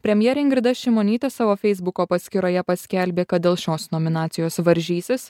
premjerė ingrida šimonytė savo feisbuko paskyroje paskelbė kad dėl šios nominacijos varžysis